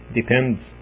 depends